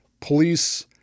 police